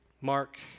Mark